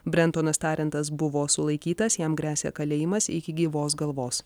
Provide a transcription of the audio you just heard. brentonas tarentas buvo sulaikytas jam gresia kalėjimas iki gyvos galvos